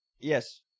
Yes